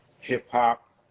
hip-hop